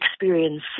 experience